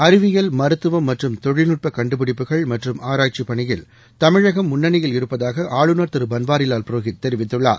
அறிவியல் மருத்துவம் மற்றும் தொழில்நுட்ப கண்டுபிடிப்புகள் மற்றும் ஆராய்ச்சிப் பணியில் தமிழகம் முன்னணியில் இருப்பதாக ஆளுநர் திரு பன்வாரிலால் புரோஹித் தெரிவித்துள்ளார்